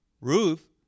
Ruth